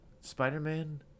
Spider-Man